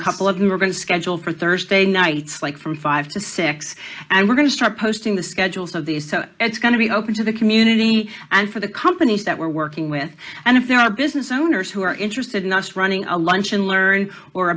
couple of them are going to schedule for thursday nights like from five to six and we're going to start posting the schedules of these so it's going to be open to the community and for the companies that we're working with and if there are business owners who are interested in us running a lunch and learn or